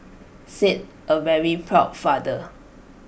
said A very proud father